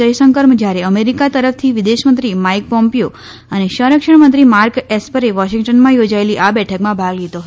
જયશંકર જ્યારે અમેરિકા તરફથી વિદેશમંત્રી માઈક પોમ્પીયો અને સંરક્ષણ મંત્રી માર્ક એસ્પરે વોશિંગ્ટનમાં યોજાયેલી આ બેઠકમાં ભાગ લીધો હતો